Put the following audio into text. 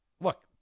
look